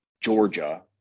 Georgia